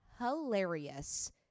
hilarious